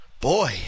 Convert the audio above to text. boy